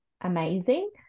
amazing